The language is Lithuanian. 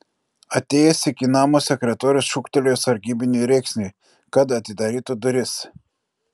atėjęs iki namo sekretorius šūktelėjo sargybiniui rėksniui kad atidarytų duris